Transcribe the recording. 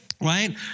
right